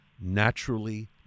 naturally